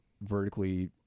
vertically